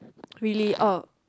really er